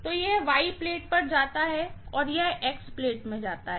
तो यह Y plate पर जाता है और यह X प्लेट में जाता है